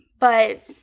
but,